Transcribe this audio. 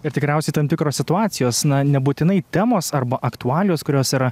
ir tikriausiai tam tikros situacijos na nebūtinai temos arba aktualijos kurios yra